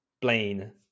plane